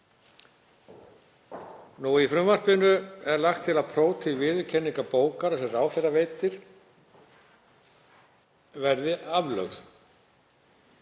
Í frumvarpinu er lagt til að próf til viðurkenningar bókara sem ráðherra veitir verði aflögð.